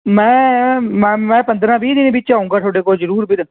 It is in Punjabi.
ਮੈਂ ਮੈਂ ਮੈਂ ਪੰਦਰਾਂ ਵੀਹ ਦਿਨ ਵਿੱਚ ਆਉਂਗਾ ਤੁਹਾਡੇ ਕੋਲ ਜ਼ਰੂਰ ਵੀਰ